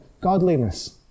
godliness